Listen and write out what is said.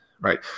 right